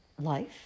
life